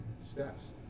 steps